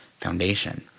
foundation